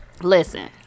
Listen